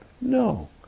No